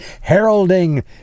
heralding